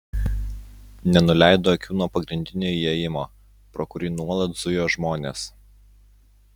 nenuleido akių nuo pagrindinio įėjimo pro kurį nuolat zujo žmonės